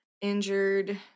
injured